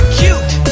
cute